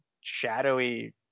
shadowy